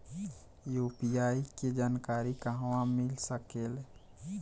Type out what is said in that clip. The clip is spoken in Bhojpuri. यू.पी.आई के जानकारी कहवा मिल सकेले?